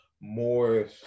more